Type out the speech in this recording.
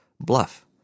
Bluff